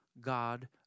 God